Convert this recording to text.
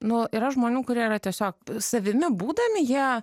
nu yra žmonių kurie yra tiesiog savimi būdami jie